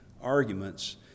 arguments